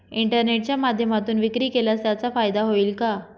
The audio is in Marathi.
इंटरनेटच्या माध्यमातून विक्री केल्यास त्याचा फायदा होईल का?